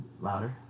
Louder